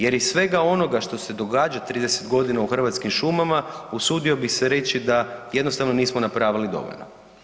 Jer iz svega onoga što se događa 30 godina u Hrvatskim šumama usudio bih se reći da jednostavno nismo napravili dovoljno.